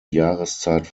jahreszeit